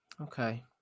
okay